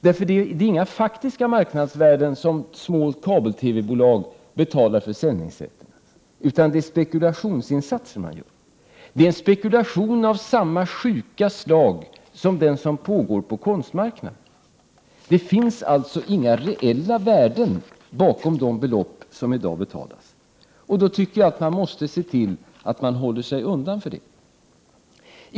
Det är inga faktiska marknadsvärden som små kabel-TV bolag betalar för sändningsrättigheter, utan spekulationsinsatser. Det är spekulation av samma sjuka slag som den som pågår på konstmarknaden. Det finns alltså inga reella värden bakom de belopp i dag som betalas. Då tycker jag att man måste se till att hålla sig undan för det.